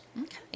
Okay